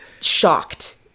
shocked